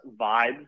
vibes